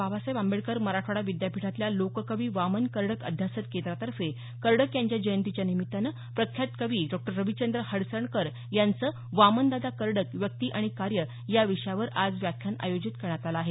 बाबासाहेब आंबेडकर मराठवाडा विद्यापीठातल्या लोककवी वामन कर्डक अध्यासन केंद्रातर्फे कर्डक यांच्या जयंतीच्या निमित्तानं प्रख्यात कवी डॉ रविचंद्र हडसणकर हे वामनदादा कर्डक व्यक्ती आणि कार्य या विषयावर आज व्याख्यान आयोजित करण्यात आलं आहे